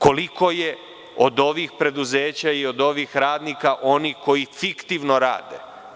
Koliko je od ovih preduzeća i od ovih radnika onih koji fiktivno rade?